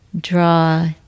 draw